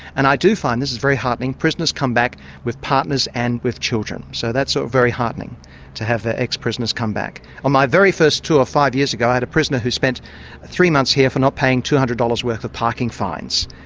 and i do find this is very heartening prisoners come back with partners and with children, so that's so very heartening to have ah ex-prisoners come back. on my very first tour ah five years ago, i had a prisoner who spent three months here for not paying two hundred dollars worth of parking fines.